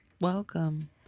Welcome